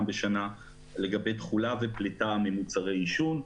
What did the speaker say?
בשנה לגבי תכולה ופליטה ממוצרי עישון.